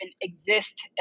exist